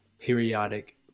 periodic